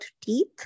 teeth